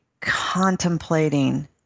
contemplating